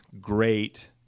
great